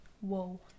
Whoa